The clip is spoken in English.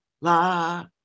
la